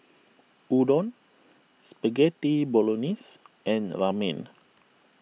Udon Spaghetti Bolognese and Ramen